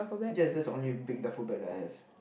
yes that's the only big duffel bag that I have